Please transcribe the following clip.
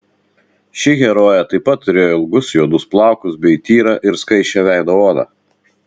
ši herojė taip pat turėjo ilgus juodus plaukus bei tyrą ir skaisčią veido odą